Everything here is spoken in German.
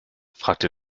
fragte